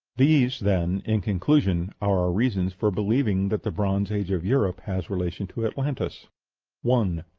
these, then, in conclusion, are our reasons for believing that the bronze age of europe has relation to atlantis one.